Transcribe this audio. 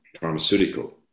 pharmaceutical